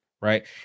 right